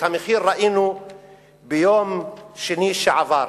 את המחיר ראינו ביום שני שעבר.